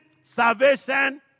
salvation